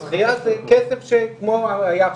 על הזכייה זה כסף, גם